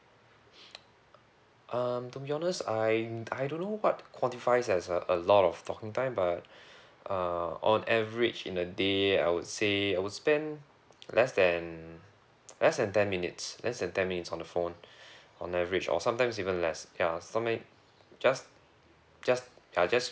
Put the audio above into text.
um to be honest I I don't know what quantifies as uh a lot of talking time but uh on average in a day I would say I would spend less than less than ten minutes less than ten minutes on the phone on average or sometimes even less ya sometimes just just ya just